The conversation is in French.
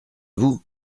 vous